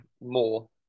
more